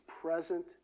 present